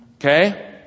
okay